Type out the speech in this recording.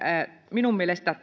minun mielestäni